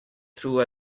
through